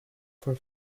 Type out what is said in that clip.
for